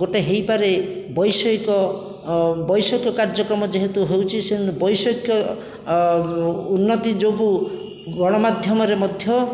ଗୋଟିଏ ହୋଇପାରେ ବୈଷୟିକ ବୈଷୟିକ କାର୍ଯ୍ୟକ୍ରମ ଯେହେତୁ ହେଉଛି ବୈଷୟିକ ଉନ୍ନତି ଯୋଗୁଁ ଗଣମାଧ୍ୟମରେ ମଧ୍ୟ